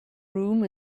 room